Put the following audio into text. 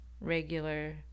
regular